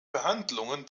verhandlungen